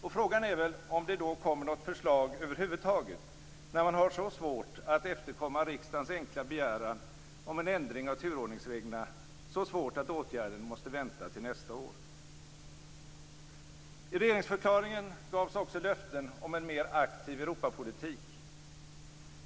Och frågan är väl om det kommer något förslag över huvud taget när man har så svårt att efterkomma riksdagens enkla begäran om en ändring av turordningsreglerna att åtgärden måste vänta till nästa år. I regeringsförklaringen gavs också löften om en mer aktiv Europapolitik.